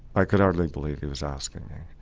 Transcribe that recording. i could hardly believe he was asking me